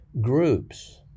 groups